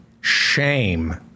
Shame